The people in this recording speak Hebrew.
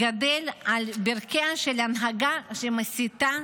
גדל על ברכיה של הנהגה שמסיתה,